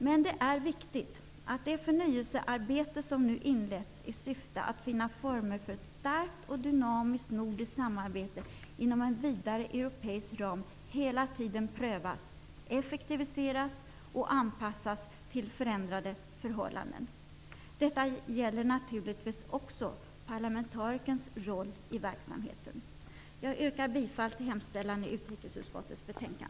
Men det är viktigt att det förnyelsearbete som nu inletts, i syfte att finna former för ett starkt och dynamiskt nordiskt samarbete inom en vidare europeisk ram, hela tiden prövas, effektiviseras och anpassas till förändrade förhållanden. Detta gäller naturligtvis också parlamentarikerns roll i verksamheten. Herr talman! Jag yrkar bifall till utrikesutskottets hemställan.